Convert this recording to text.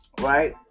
right